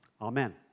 Amen